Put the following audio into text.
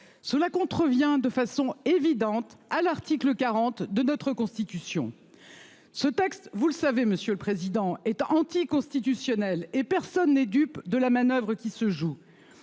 cela contrevient de façon évidente à l'article 40 de notre constitution. Ce texte, vous le savez Monsieur le Président est anti-constitutionnelle et personne n'est dupe de la manoeuvre qui se joue.